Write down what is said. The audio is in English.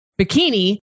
bikini